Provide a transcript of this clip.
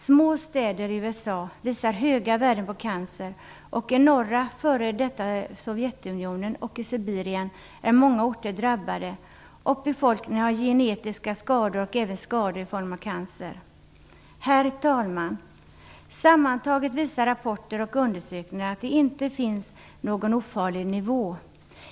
Små städer i USA visar höga värden beträffande cancer. I norra f.d. Sovjetunionen och i Sibirien är många orter drabbade, och befolkningen har genetiska skador och även skador i form av cancer. Herr talman! Sammantaget visar rapporter och undersökningar att det inte finns någon ofarlig nivå.